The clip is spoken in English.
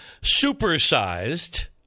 supersized